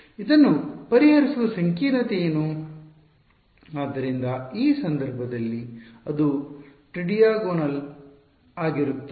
ಇದನ್ನು ಪರಿಹರಿಸುವ ಸಂಕೀರ್ಣತೆ ಏನು ಆದ್ದರಿಂದ ಈ ಸಂದರ್ಭದಲ್ಲಿ ಅದು ಟ್ರಿಡಿಯಾಗೋನಲ್ ಆಗಿರುತ್ತದೆ